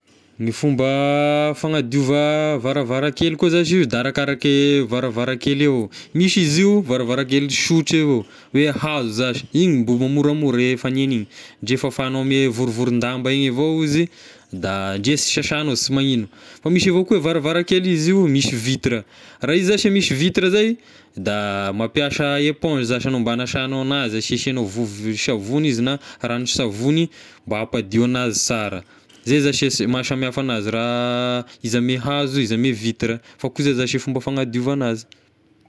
Gne fomba fanadiova varavarakely koa zashy io da arakaraky varavarakely io ao, misy izy io varavarakely sotra avao hoe hazo zashy, igny mba moramora efagny an'igny, ndrre fafagnao ame vorovoron-damba igny avao izy da ndre sy sasagna sy magnino, fa misy avao koa e varavarakely izy io misy vitre ah, raha io zashy a misy vitre zay da mampiasa eponzy zashy agnao mba agnasanao agnazy asiasiagnao vovo-savony izy na rano-savony mba hampadio anazy sara, izay zashy shy maha samy hafa anazy raha izy ame hazo izy ame vitre ah, fa koa zay zashy e fomba fanadiova anazy.